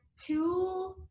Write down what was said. two